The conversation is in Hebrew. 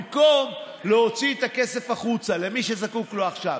במקום להוציא את הכסף החוצה למי שזקוק לו עכשיו,